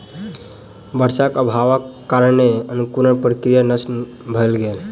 वर्षाक अभावक कारणेँ अंकुरण प्रक्रिया नष्ट भ गेल